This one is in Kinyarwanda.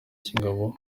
y’ingabo